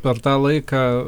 per tą laiką